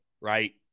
right